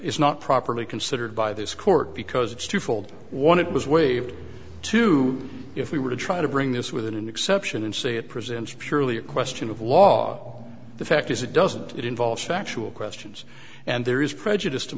is not properly considered by this court because it's twofold one it was waived to if we were to try to bring the with an exception and say it presents purely a question of law the fact is it doesn't it involves factual questions and there is prejudice to